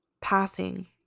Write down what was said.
passing